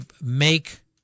make